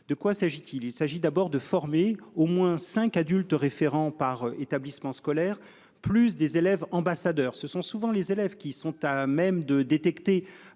De quoi s'agit-il. Il s'agit d'abord de former au moins cinq adultes référents par établissement scolaire plus des élèves ambassadeurs ce sont souvent les élèves qui sont à même de détecter.